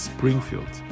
Springfield